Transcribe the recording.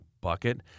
bucket